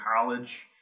college